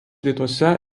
rytuose